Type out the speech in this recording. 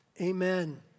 Amen